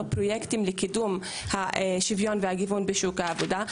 פרויקטים לקידום השוויון והגיוון בשוק העבודה.